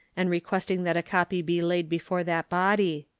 and requesting that a copy be laid before that body.